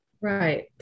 Right